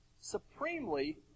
supremely